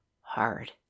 hard